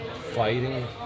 fighting